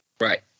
Right